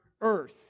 earth